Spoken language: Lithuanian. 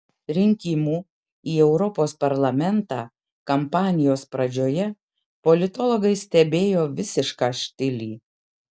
rinkimų į europos parlamentą kampanijos pradžioje politologai stebėjo visišką štilį